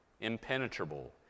impenetrable